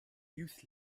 youth